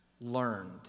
learned